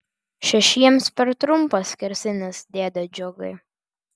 šešiems per trumpas skersinis dėde džiugai